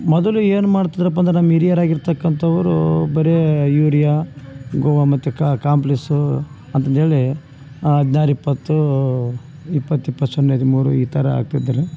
ಮೊದಲು ಏನುಮಾಡ್ತಿದ್ರಪ್ಪಾ ಅಂದ್ರೆ ನಮ್ಮ ಹಿರಿಯರ್ ಆಗಿರ್ತಕ್ಕಂಥವ್ರು ಬರೇ ಯೂರಿಯಾ ಗೋವಾ ಮತ್ತು ಕಾಂಪ್ಲೆಸ್ಸು ಅಂತಂದೇಳಿ ಹದಿನಾರು ಇಪ್ಪತ್ತು ಇಪ್ಪತ್ತು ಇಪ್ಪತ್ತು ಸೊನ್ನೆ ಹದಿಮೂರು ಈ ಥರ ಹಾಕ್ತಿದ್ರು